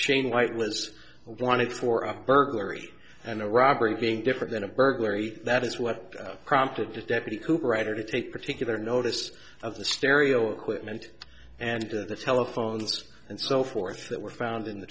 shane white was wanted for a burglary and a robbery being different than a burglary that is what prompted a deputy cooper writer to take particular notice of the stereo equipment and the telephones and so forth that were found in the